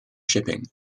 shipping